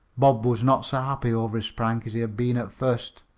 bob was not so happy over his prank as he had been at first.